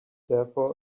therefore